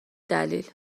دلیل